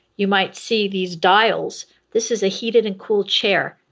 you might see these dials. this is a heated and cooled chair,